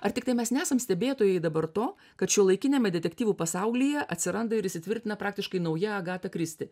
ar tiktai mes nesam stebėtojai dabar to kad šiuolaikiniame detektyvų pasaulyje atsiranda ir įsitvirtina praktiškai nauja agata kristi